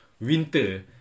winter